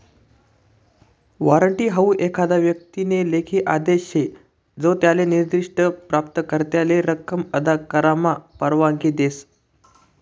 warrant हाऊ एखादा व्यक्तीना लेखी आदेश शे जो त्याले निर्दिष्ठ प्राप्तकर्त्याले रक्कम अदा करामा परवानगी देस